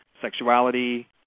sexuality